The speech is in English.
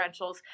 differentials